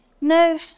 No